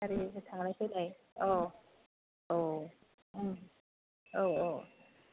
गारि थांलाय फैलाय औ औ औ औ